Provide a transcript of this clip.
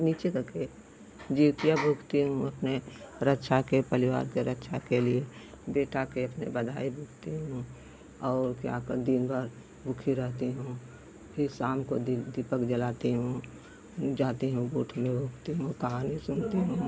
नीचे रखिए जितिया भुखती हूँ अपने रक्षा के परिवार की रक्षा के लिए बेटे की अपने बधाई भुखती हूँ और क्या क्या दिन भर भूखी रहती हूँ फिर शाम को दीपक जलाती हूँ जाती हूँ गोठनी भुखती हूँ कहानी सुनती हूँ